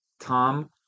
Tom